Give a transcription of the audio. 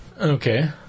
Okay